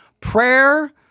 prayer